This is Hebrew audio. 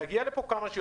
תגיע לפה כמה שיותר מהר.